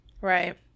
right